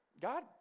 God